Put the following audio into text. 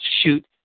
shoot